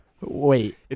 Wait